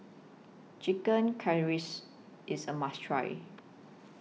Chicken IS A must Try